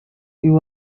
you